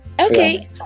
Okay